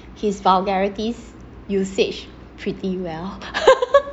his vulgarities usage pretty well